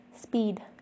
Speed